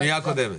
בפנייה הקודמת.